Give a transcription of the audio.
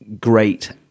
great